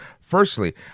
Firstly